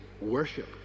worship